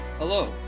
Hello